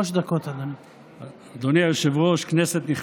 החליפי, המרכזי, בעצם ראש הממשלה בתואר, נפתלי